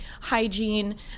hygiene